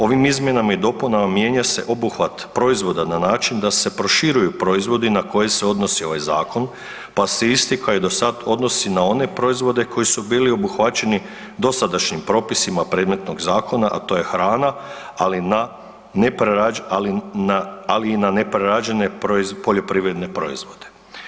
Ovim izmjenama i dopunama mijenja se obuhvat proizvoda na način da se proširuju proizvodi na koje se odnosi ovaj zakon, pa se isti kao i do sad odnosi na one proizvode koji su bili obuhvaćeni dosadašnjim propisima predmetnog zakona, a to je hrana, ali i na neprerađene poljoprivredne proizvode.